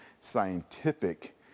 scientific